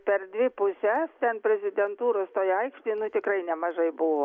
per dvi puses ten prezidentūros toj aikštėj nu tikrai nemažai buvo